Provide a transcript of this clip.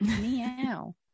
Meow